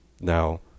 Now